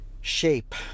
shape